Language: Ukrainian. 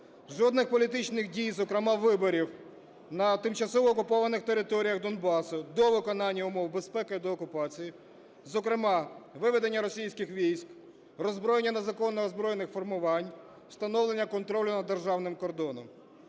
Жодних політичних дій, зокрема виборів на тимчасово окупованих територіях Донбасу, до виконання умов безпеки, деокупації. Зокрема, виведення російських військ, роззброєння незаконно озброєних формувань, встановлення контролю над державним кордоном.